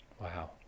Wow